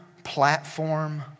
platform